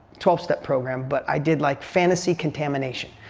twelve step program but i did like fantasy contamination.